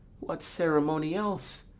what ceremony else?